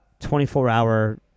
24-hour